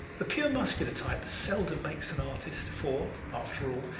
the pure muscular type seldom makes an artist, for, after all,